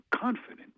confident